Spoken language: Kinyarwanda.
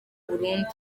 burundu